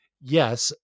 yes